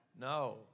No